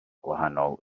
gwahanol